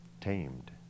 tamed